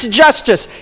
justice